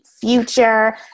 Future